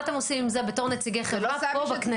מה אתם עושים עם זה בתור נציגי חברה פה בכנסת?